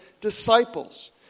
disciples